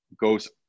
goes